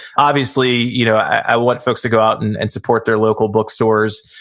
obviously, you know i want folks to go out and and support their local book stores.